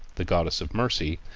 the goddess of mercy,